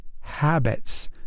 habits